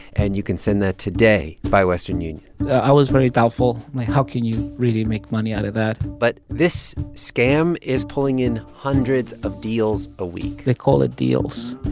and you can send that today by western union i was very doubtful. like, how can you really make money out of that? but this scam is pulling in hundreds of deals a week they call it deals.